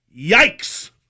yikes